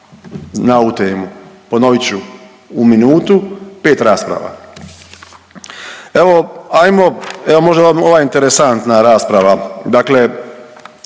na ovu temu. Ponovit ću, u minutu, 5 rasprava. Evo, ajmo, evo možda je ova interesantna rasprava